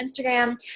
Instagram